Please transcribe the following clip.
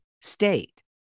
state